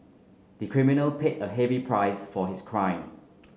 the criminal paid a heavy price for his crime